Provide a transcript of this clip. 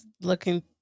looking